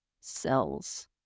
cells